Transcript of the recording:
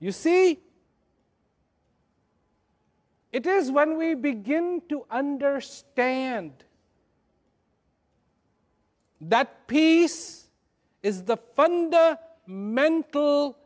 you see it is when we begin to understand that peace is the fund mental